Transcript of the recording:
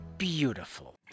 Beautiful